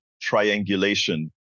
triangulation